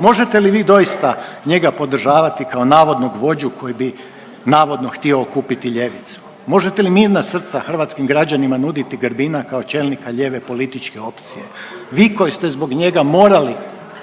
Možete li vi doista njega podržavati kao navodnog vođu koji bi navodno htio okupiti ljevicu? Možete li mirna srca hrvatskim građanima nuditi Grbina kao čelnika lijeve političke opcije, vi koji ste zbog njega morali